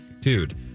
dude